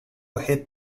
hit